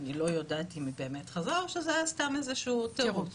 ואני לא יודעת האם היא באמת חזרה או שזה היה סתם איזשהו תירוץ.